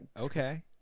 Okay